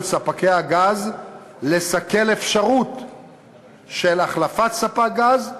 ספקי הגז לסכל אפשרות של החלפת ספק גז.